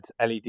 led